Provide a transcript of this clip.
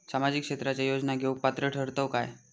सामाजिक क्षेत्राच्या योजना घेवुक पात्र ठरतव काय?